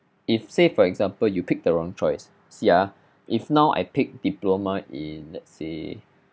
if say for example you picked the wrong choice see ah if now I pick diploma in let's say